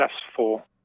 successful